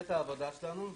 את העבודה שלנו.